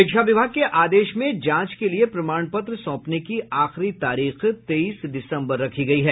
शिक्षा विभाग के आदेश में जांच के लिए प्रमाण पत्र सौंपने की आखिरी तारीख तेईस दिसम्बर रखी गयी है